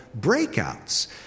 breakouts